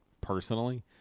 personally